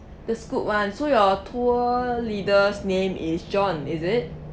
the Scoot [one] so your tour leader's name is john is it